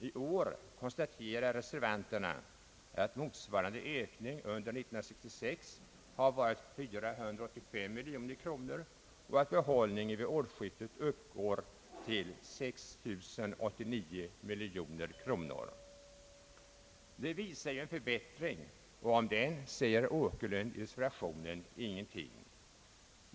I år konstaterar reservanterna, att motsvarande ökning under 1966 har varit 485 miljoner och att behållningen vid årsskiftet uppgår till 6 089 miljoner kronor. Detta visar ju en förbättring, och om den säger herr Åkerlund i reservationen ingenting.